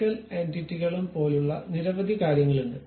നീക്കൽ എന്റിറ്റികളും പോലുള്ള നിരവധി കാര്യങ്ങളുണ്ട്